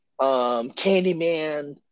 Candyman